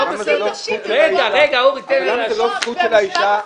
אתן ארגון זכויות נשים.